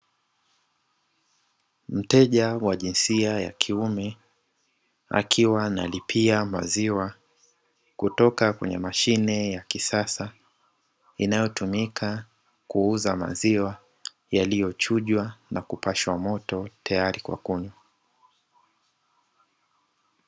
Mteja wa jinsia ya kiume akiwa analipia maziwa. Kutoka kwenye mashine ya kisasa inayotumika kuuza maziwa, yaliyochujwa na kupashwa moto tayari kwa kunywa.